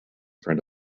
front